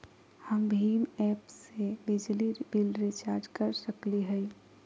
हम भीम ऐप से बिजली बिल रिचार्ज कर सकली हई?